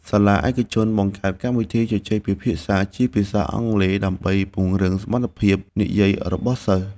សាលាឯកជនបង្កើតកម្មវិធីជជែកពិភាក្សាជាភាសាអង់គ្លេសដើម្បីពង្រឹងសមត្ថភាពនិយាយរបស់សិស្ស។